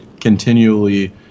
continually